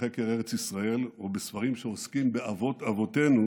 בחקר ארץ ישראל או בספרים שעוסקים באבות אבותינו